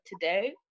today